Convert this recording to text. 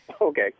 Okay